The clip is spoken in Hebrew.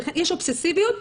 יש אובססיביות,